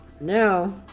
Now